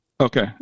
Okay